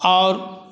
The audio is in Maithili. आओर